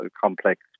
complex